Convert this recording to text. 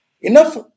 enough